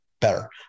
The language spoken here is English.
better